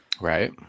Right